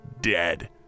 dead